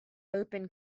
open